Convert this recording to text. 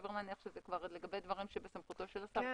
סביר להניח שלגבי דברים שבסמכותו של השר.